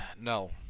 No